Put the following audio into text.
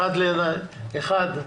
האחד,